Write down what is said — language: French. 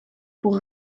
pour